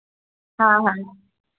हां हां